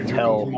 tell